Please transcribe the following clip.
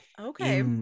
okay